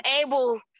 able